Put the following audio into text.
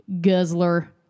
guzzler